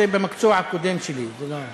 עכוזו זה במקצוע הקודם שלי, זה לא,